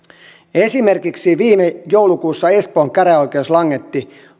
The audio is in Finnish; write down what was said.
esimerkiksi viime joulukuussa espoon käräjäoikeus langetti